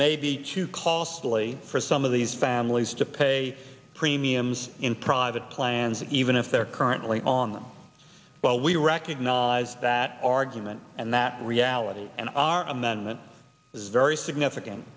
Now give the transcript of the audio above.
may be too costly for some of these families to pay premiums in private plans even if they're currently on them but we recognize that argument and that reality and our amendment is very significant